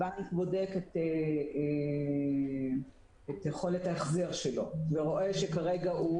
הבנק בודק את יכולת ההחזר שלו ורואה שכרגע הוא